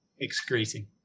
excreting